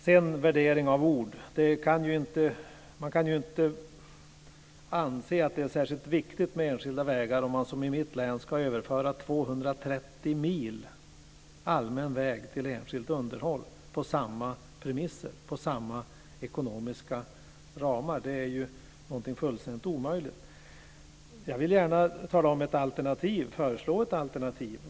Sedan har vi detta med värdering av ord. Man kan ju inte anse att det är särskilt viktigt med enskilda vägar om man, som i mitt län, ska överföra 230 mil allmän väg till enskilt underhåll inom samma ekonomiska ramar. Det är fullständigt omöjligt. Jag vill gärna föreslå ett alternativ.